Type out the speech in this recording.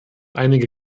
einige